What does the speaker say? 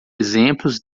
exemplos